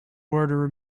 order